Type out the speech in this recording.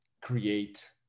create